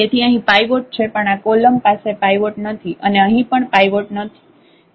તેથી અહીં પાઇવોટ છે પણ આ કોલમ પાસે પાઇવોટ નથી અને અહીં પણ પાઇવોટ નથી